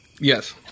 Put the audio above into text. Yes